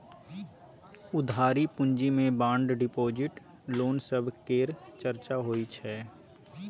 उधारी पूँजी मे बांड डिपॉजिट, लोन सब केर चर्चा होइ छै